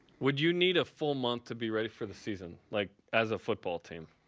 would you need a full month to be ready for the season like as a football team?